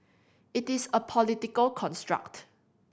it is a political construct